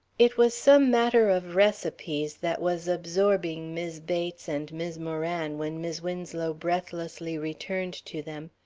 it was some matter of recipes that was absorbing mis' bates and mis' moran when mis' winslow breathlessly returned to them.